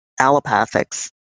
allopathics